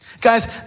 Guys